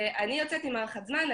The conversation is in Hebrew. אני יוצאת עם הארכת זמן,